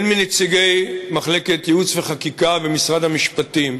הן מנציגי מחלקת ייעוץ וחקיקה במשרד המשפטים,